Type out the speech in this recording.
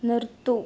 നിർത്തൂ